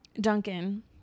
Duncan